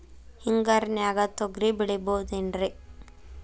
ಹಿಂಗಾರಿನ್ಯಾಗ ತೊಗ್ರಿ ಬೆಳಿಬೊದೇನ್ರೇ?